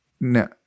No